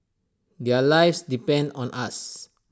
their lives depend on us